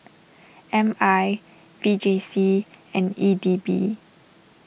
M I V J C and E D B